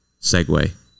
segue